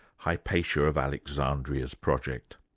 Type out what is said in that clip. hypatia of alexandria's project.